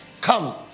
Come